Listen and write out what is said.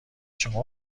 شما